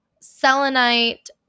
selenite